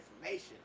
information